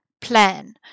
plan